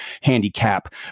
handicap